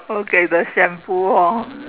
okay the shampoo hor